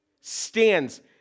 stands